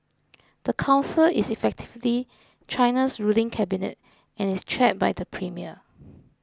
the council is effectively China's ruling cabinet and is chaired by the premier